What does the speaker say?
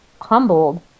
humbled